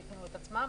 יבנו את עצמם.